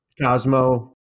Cosmo